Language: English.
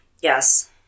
Yes